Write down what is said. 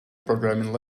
programming